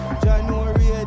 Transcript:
January